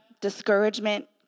discouragement